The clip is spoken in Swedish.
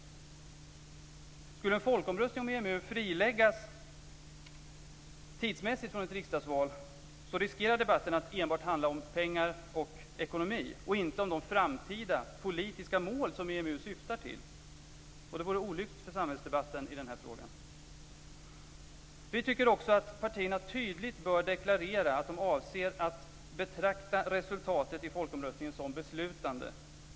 Skulle en folkomröstning om EMU friläggas tidsmässigt från ett riksdagsval så riskerar debatten att enbart handla om pengar och ekonomi, och inte om de framtida politiska mål som EMU syftar till. Det vore olyckligt för samhällsdebatten i den här frågan.